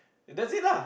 that's it lah